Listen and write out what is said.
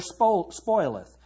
spoileth